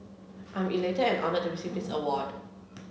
I am elated and honoured to receive this award